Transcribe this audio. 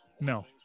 No